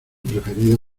preferido